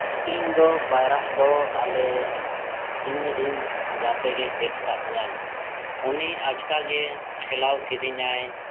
ᱤᱧᱫᱚ ᱯᱟᱭᱨᱟᱜ ᱫᱚ ᱟᱞᱮ ᱤᱧᱨᱮᱱ ᱜᱟᱛᱮᱜᱮ ᱪᱮᱫ ᱟᱠᱟᱫᱤᱧᱟᱭ ᱩᱱᱤ ᱟᱪᱠᱟᱜᱮ ᱴᱷᱮᱞᱟᱣ ᱠᱤᱫᱤᱧᱟᱭ